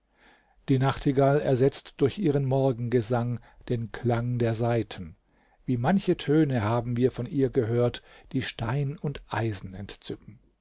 die nachtigall ersetzt durch ihren morgengesang den klang der saiten wie manche töne haben wir von ihr gehört die stein und eisen entzücken